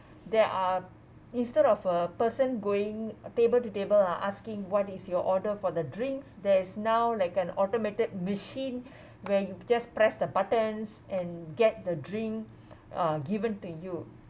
there are instead of a person going table to table are asking what is your order for the drinks there is now like an automated machine where you just press the buttons and get the drink uh given to you